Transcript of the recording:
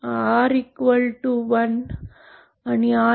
तर R 1 आणि R0